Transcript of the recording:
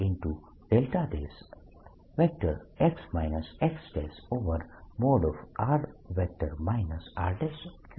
x x|r r|3 છે